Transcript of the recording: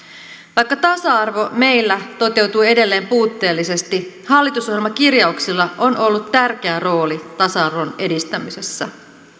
vaikka tasa arvo meillä toteutuu edelleen puutteellisesti hallitusohjelmakirjauksilla on ollut tärkeä rooli tasa arvon edistämisessä